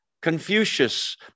Confucius